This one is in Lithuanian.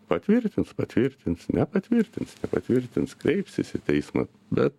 patvirtins patvirtins nepatvirtins nepatvirtins kreipsis į teismą bet